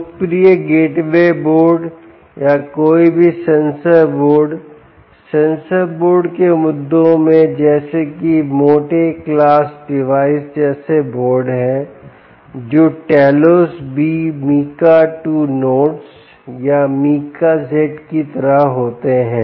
लोकप्रिय gateway board या कोई भी सेंसर बोर्ड सेंसर बोर्ड के मुद्दों में जैसे कि mote क्लास डिवाइस जैसे बोर्ड हैं जो टेलोस बी मीका 2 नोड्स या मीका जेड की तरह हो सकते हैं